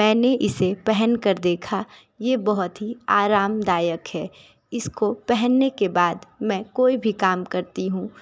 मैंने इसे पहन कर देखा ये बहुत ही आरामदायक है इसको पहनने के बाद मैं कोई भी काम करती हूँ